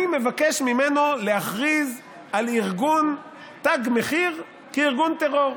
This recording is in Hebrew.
אני מבקש ממנו להכריז על ארגון תג מחיר כארגון טרור.